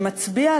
שמצביע,